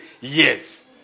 yes